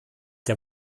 der